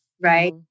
right